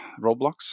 Roblox